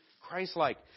Christ-like